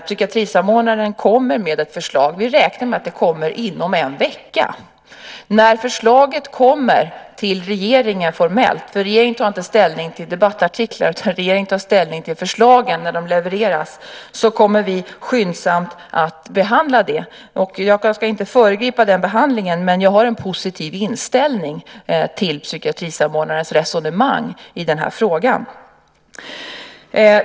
Psykiatrisamordnaren kommer med ett förslag. Vi räknar med att det kommer inom en vecka. Regeringen tar inte ställning till debattartiklar utan till förslagen när de levereras. När förslaget kommer till regeringen så kommer vi skyndsamt att behandla det. Jag ska inte föregripa behandlingen, men jag har en positiv inställning till psykiatrisamordnarens resonemang i frågan.